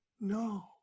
No